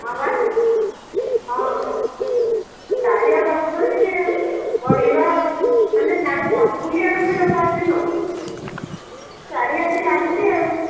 ହଁ ବା ହଁ ଚାରିଆଡ଼ୁ ଆସୁଛନ୍ତି ଆଉ ବଡ଼ିଲ ମାନେ ସେଆଡ଼ୁ ପଞ୍ଚପୋଲି ଆଡ଼ୁ ବି ଲୋକ ଆସି ନେଉଛନ୍ତି ଗାଡ଼ି ଆସି ଲାଗୁଛି ଆଉ